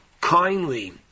kindly